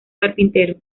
carpintero